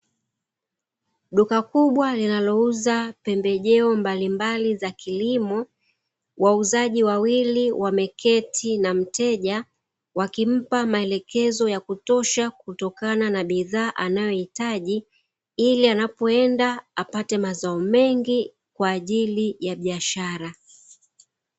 Duka kubwa linalouza pembejeo mbalimbali za kilimo, wauzaji wawili wameketi na mteja wakimpa maelekezo ya kutosha kutokana na bidhaa anayoihitaji, ili anapoenda apate mazao mengi kwa ajili ya biashara.